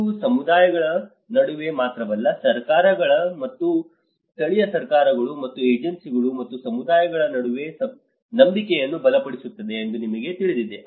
ಇದು ಸಮುದಾಯಗಳ ನಡುವೆ ಮಾತ್ರವಲ್ಲದೆ ಸರ್ಕಾರಗಳು ಮತ್ತು ಸ್ಥಳೀಯ ಸರ್ಕಾರಗಳು ಮತ್ತು ಏಜೆನ್ಸಿಗಳು ಮತ್ತು ಸಮುದಾಯಗಳ ನಡುವೆ ನಂಬಿಕೆಯನ್ನು ಬಲಪಡಿಸುತ್ತದೆ ಎಂದು ನಿಮಗೆ ತಿಳಿದಿದೆ